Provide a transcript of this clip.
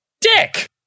Dick